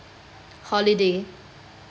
holiday